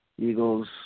Eagles